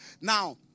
Now